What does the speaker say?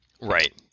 right